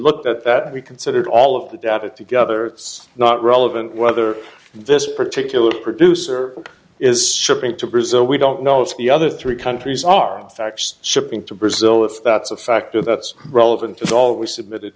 looked at that we considered all of the data together it's not relevant whether this particular producer is shipping to brazil we don't know if the other three countries are facts shipping to brazil if that's a factor that's relevant is all we submit